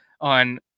on